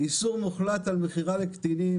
איסור מוחלט על מכירה לקטינים,